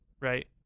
right